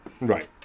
Right